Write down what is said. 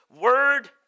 word